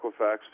Equifax